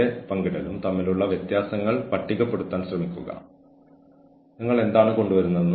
ഈ ആളുകൾ വ്യത്യസ്ത ഭൂമിശാസ്ത്ര പ്രദേശങ്ങളിൽ നിന്നുള്ളവരാണ്